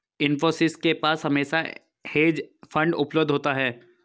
इन्फोसिस के पास हमेशा हेज फंड उपलब्ध होता है